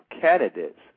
candidates